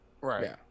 Right